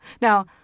Now